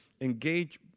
engage